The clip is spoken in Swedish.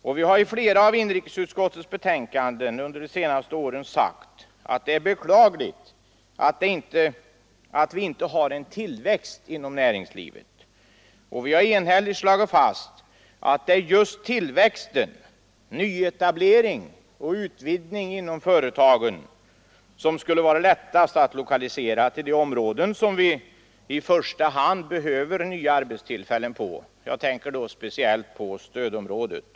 Inrikesutskottet har i flera betänkanden under de senaste åren anfört att det är beklagligt att vårt land inte har en tillväxt inom näringslivet, och vi har enhälligt slagit fast att det är just tillväxten, nyetablering och utvidgning inom företagen som skulle vara lättast att lokalisera till de områden där det i första hand behövs nya arbetstillfällen. Jag tänker speciellt på stödområdet.